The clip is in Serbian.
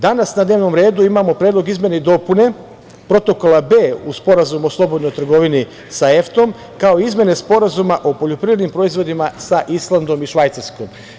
Danas na dnevnom redu imamo Predlog izmena i dopuna Protokola B u Sporazumu o slobodnoj trgovini sa EFTA-om, kao i izmene Sporazuma o poljoprivrednim proizvodima sa Islandom i Švajcarskom.